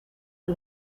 por